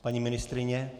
Paní ministryně?